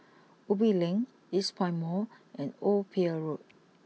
Ubi Link Eastpoint Mall and Old Pier Road